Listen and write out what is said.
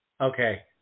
okay